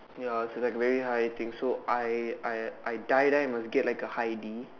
ya so like very high thing so I I I die die must get a high D